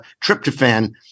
tryptophan